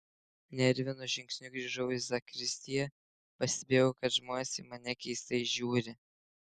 nervinu žingsniu grįžau į zakristiją pastebėjau kad žmonės į mane keistai žiūri